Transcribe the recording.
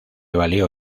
valió